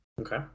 Okay